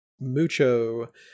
mucho